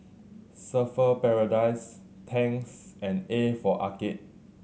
Surfer's Paradise Tangs and A for Arcade